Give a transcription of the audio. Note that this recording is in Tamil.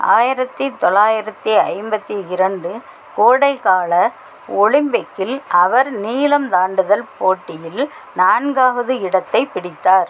ஆயிரத்து தொளாயிரத்து ஐம்பத்து இரண்டு கோடைகால ஒலிம்பிக்கில் அவர் நீளம் தாண்டுதல் போட்டியில் நான்காவது இடத்தைப் பிடித்தார்